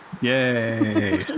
yay